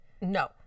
No